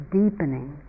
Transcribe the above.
deepening